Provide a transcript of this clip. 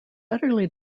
utterly